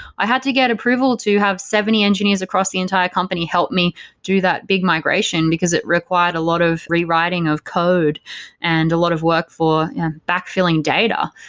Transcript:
i had to get approval approval to have seventy engineers across the entire company help me do that big migration, because it required a lot of rewriting of code and a lot of work for backfilling data.